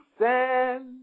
sand